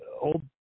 old